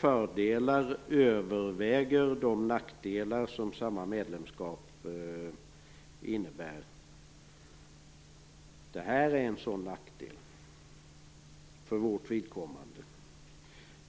fördelar överväger de nackdelar som samma medlemskap innebär. Det här är för vårt vidkommande en sådan nackdel.